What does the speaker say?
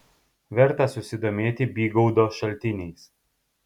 verta susidomėti bygaudo šaltiniais